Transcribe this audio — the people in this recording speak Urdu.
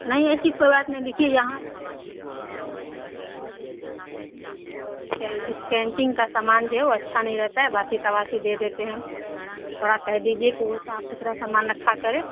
نہیں ایسی کوئی بات نہیں دیکھیے یہاں جو ہے نا چھوٹی چھوٹی بچیاں جو ہے وہ شکایت کرتی ہیں شکایت میں کہ اس کینٹین کا سامان جو ہے وہ اچھا نہیں رہتا باسی تواسی دے دیتے ہیں تھوڑا کہہ دیجیے کہ وہ صاف ستھرا سامان رکھا کرے